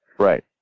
Right